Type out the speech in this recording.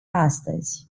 astăzi